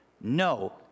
No